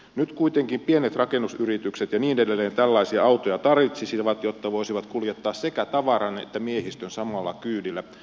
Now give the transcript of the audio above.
nyt kuitenkin pienet rakennusyritykset ja niin edelleen tällaisia autoja tarvitsisivat jotta voisivat kuljettaa sekä tavaran että miehistön samalla kyydillä